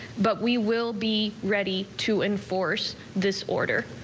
but we will be ready to enforce this order.